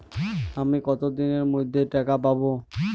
আমি কতদিনের মধ্যে টাকা পাবো?